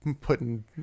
Putting